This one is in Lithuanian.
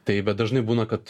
tai bet dažnai būna kad